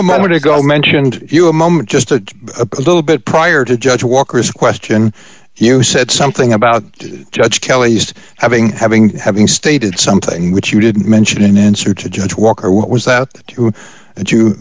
ago mentioned you a moment just a little bit prior to judge walker's question you said something about judge kelly used having having having stated something which you didn't mention in answer to judge walker what was that and you